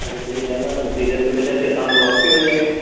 अच्छा भीड़ ज्यादा है तो सीधे सुबह चलके शाम को वापसी हो जाएगी